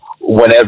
whenever